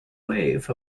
wave